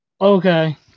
Okay